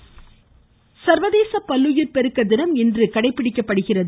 பல்லுயிர் பெருக்க தினம் சர்வதேச பல்லுயிர் பெருக்க தினம் இன்று கடைபிடிக்கப்படுகிறது